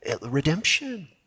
redemption